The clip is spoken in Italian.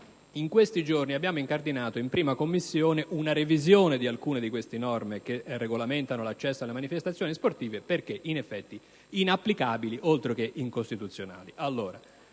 In questi giorni abbiamo incardinato in 1a Commissione una revisione di alcune di dette norme che regolamentano l'accesso alle manifestazioni sportive, perché in effetti sono inapplicabili, oltre che incostituzionali.